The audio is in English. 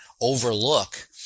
overlook